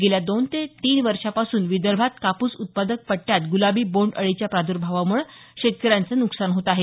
गेल्या दोन ते तीन वर्षापासून विदर्भात कापूस उत्पादक पट्ट्यात गुलाबी बोंड अळीच्या प्राद्र्भावामुळे शेतकऱ्यांचे नुकसान होत आहे